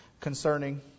concerning